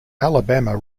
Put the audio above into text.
alabama